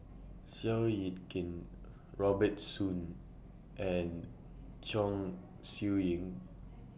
Seow Yit Kin Robert Soon and Chong Siew Ying